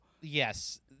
Yes